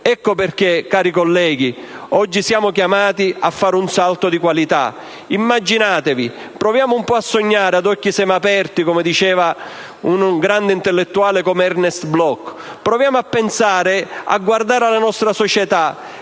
Ecco perché, cari colleghi, oggi siamo chiamati a fare un salto di qualità. Proviamo un po' a sognare ad occhi semiaperti, come diceva un grande intellettuale come Ernst Bloch, e a guardare la nostra società;